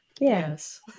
Yes